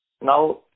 Now